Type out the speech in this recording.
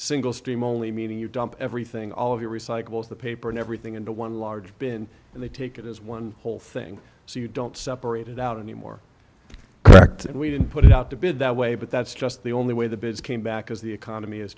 single stream only meaning you dump everything all of your recyclables the paper and everything into one large bin and they take it as one whole thing so you don't separate it out any more facts and we didn't put it up to bid that way but that's just the only way the bids came back as the economy has